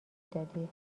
دادی